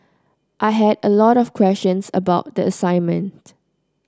I had a lot of questions about the assignment